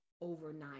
overnight